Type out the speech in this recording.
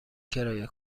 کرایه